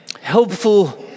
helpful